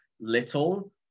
little